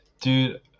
Dude